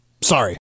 Sorry